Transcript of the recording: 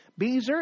Bezer